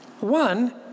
One